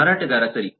ಮಾರಾಟಗಾರ ಸರಿ